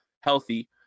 healthy